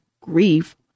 grief